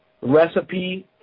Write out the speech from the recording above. Recipe